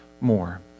more